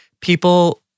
people